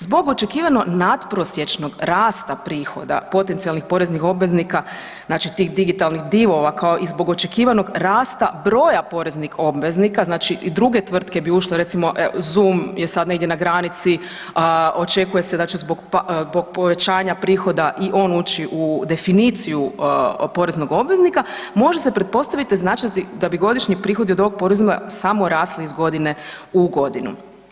Zbog očekivanog natprosječnog rasta prihoda potencijalnih poreznih obveznika, znači tih digitalnih divova kao i zbog očekivanog rasta broja poreznih obveznika, znači i druge tvrtke bi ušle recimo Zoom je sad negdje na granici, očekuje se da će zbog povećanja prihoda i on ući u definiciju poreznog obveznika, može se pretpostaviti ... da bi godišnji prihodi od ovog proizvoda samo rasli iz godine u godinu.